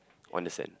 on the sand